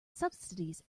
subsidies